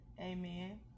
Amen